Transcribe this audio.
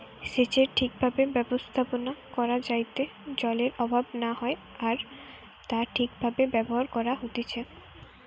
সেচের ঠিক ভাবে ব্যবস্থাপনা করা যাইতে জলের অভাব না হয় আর তা ঠিক ভাবে ব্যবহার করা হতিছে